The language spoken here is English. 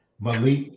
Malik